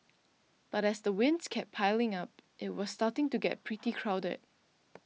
but as the wins kept piling up it was starting to get pretty crowded